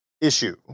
issue